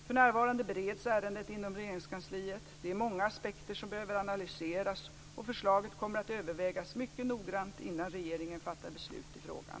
För närvarande bereds ärendet inom Regeringskansliet. Det är många aspekter som behöver analyseras och förslaget kommer att övervägas mycket noggrant innan regeringen fattar beslut i frågan.